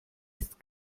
ist